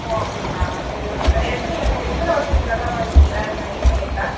ஒ அப்படிங்களா சரி ஓகே சார் எத்தனி அது எத்தனை வருஷத்துக்கு கட்டுகிற மாரி இருக்கும் சார் நான் இஎம்ஐ எடுத்தால்